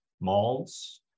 malls